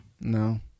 No